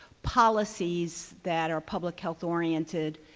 policies that are public health oriented.